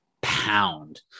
pound